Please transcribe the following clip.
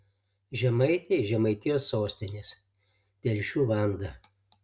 žemaitė iš žemaitijos sostinės telšių vanda